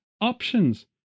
options